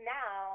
now